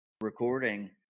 recording